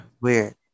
weird